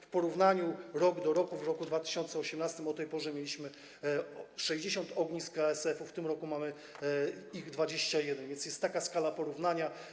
Z porównania rok do roku wynika, że w roku 2018 o tej porze mieliśmy 60 ognisk ASF-u, a w tym roku mamy ich 21, więc jest taka skala porównania.